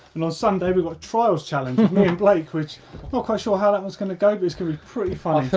and on sunday we've got trials challenge with me and blake, which, not quite sure how that one's gonna go but it's gonna be pretty funny.